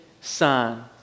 son